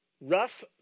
rough